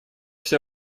все